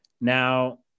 Now